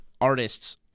artists